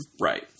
Right